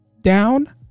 down